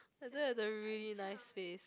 I don't have the really nice face